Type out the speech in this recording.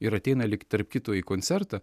ir ateina lyg tarp kito į koncertą